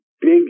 big